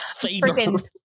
freaking